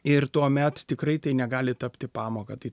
ir tuomet tikrai tai negali tapti pamoka tai